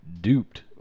duped